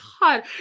God